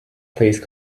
please